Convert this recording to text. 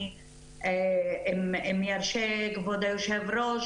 אם ירשה כבוד היו"ר,